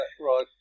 right